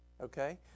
Okay